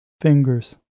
fingers